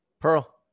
Pearl